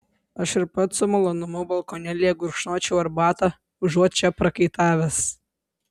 aš ir pats su malonumu balkonėlyje gurkšnočiau arbatą užuot čia prakaitavęs